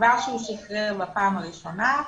כבר כשהוא שחרר בפעם הראשונה,